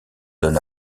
donne